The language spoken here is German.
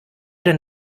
denn